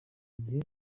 gihe